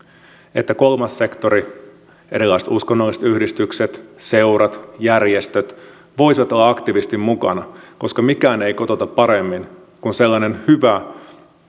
että kolmas sektori erilaiset uskonnolliset yhdistykset seurat järjestöt voisivat olla aktiivisesti mukana koska mikään ei kotouta paremmin kuin sellainen hyvä